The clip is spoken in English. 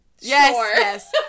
yes